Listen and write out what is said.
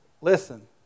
Listen